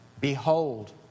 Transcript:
Behold